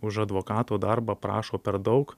už advokato darbą prašo per daug